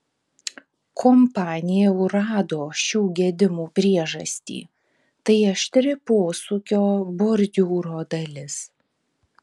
kompanija jau rado šių gedimų priežastį tai aštri posūkio bordiūro dalis